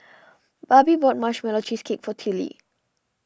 Barbie bought Marshmallow Cheesecake for Tillie